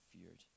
feared